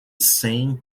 sing